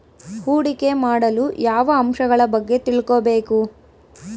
ಹೂಡಿಕೆ ಮಾಡಲು ಯಾವ ಅಂಶಗಳ ಬಗ್ಗೆ ತಿಳ್ಕೊಬೇಕು?